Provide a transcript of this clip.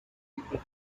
before